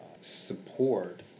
support